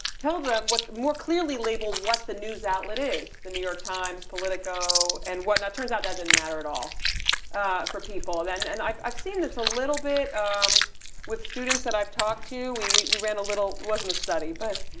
tell them with more clearly label what the news outlet is, the new york times, politico and what, now it turns out that didn't matter at all for people. and then and i've i've seen this a little bit um with students that i've talked to, we we ran a little, it wasn't a study, but